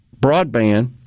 broadband